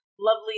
lovely